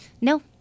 No